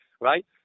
right